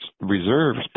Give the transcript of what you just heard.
reserves